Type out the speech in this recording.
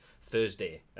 Thursday